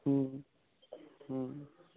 हूँ हूँ